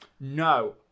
No